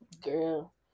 Girl